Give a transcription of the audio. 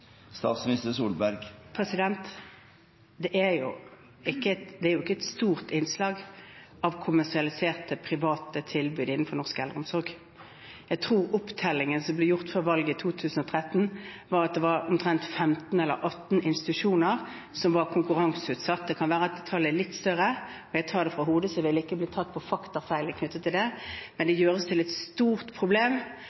Det er jo ikke et stort innslag av kommersialiserte, private tilbud innenfor norsk eldreomsorg. Jeg tror opptellingen som ble gjort før valget i 2013, viste at det var omtrent 15 eller 18 institusjoner som var konkurranseutsatt – det kan være at tallet er litt høyere, jeg tar det fra hodet, så jeg vil ikke bli tatt på faktafeil knyttet til det – men det gjøres til et stort problem